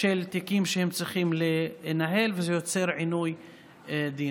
של תיקים שהיא צריכה לנהל, וזה יוצר עינוי דין.